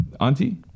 Auntie